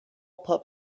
pup